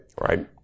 Right